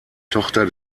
tochter